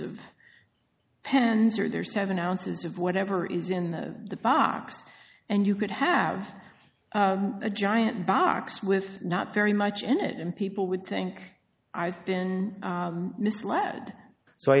of pens are there seven ounces of whatever is in the box and you could have a giant box with not very much in it and people would think i've been misled so i